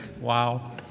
Wow